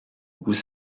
vous